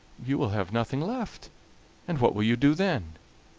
you will have nothing left and what will you do then?